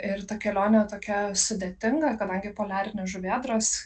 ir ta kelionė tokia sudėtinga kadangi poliarinės žuvėdros